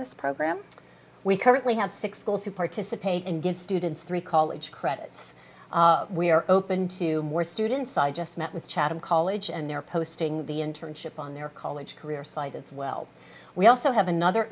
this program we currently have six schools who participate and give students three call each credits we are open to more students i just met with chatham college and they're posting the internship on their college career site as well we also have another